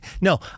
No